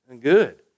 good